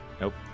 Nope